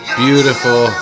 beautiful